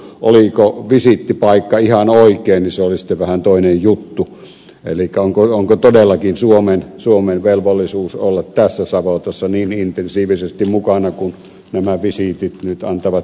oliko visiittipaikka ihan oikein se oli sitten vähän toinen juttu elikkä onko todellakin suomen velvollisuus olla tässä savotassa niin intensiivisesti mukana kuin nämä visiitit nyt antavat ymmärtää